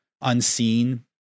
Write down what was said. unseen